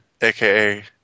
AKA